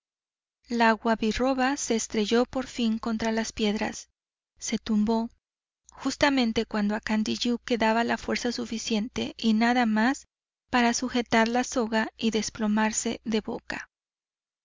la guabiroba se estrelló por fin contra las piedras se tumbó justamente cuando a candiyú quedaba la fuerza suficiente y nada más para sujetar la soga y desplomarse de boca